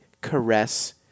caress